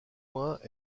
point